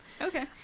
Okay